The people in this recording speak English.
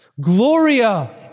Gloria